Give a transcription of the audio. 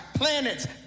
planets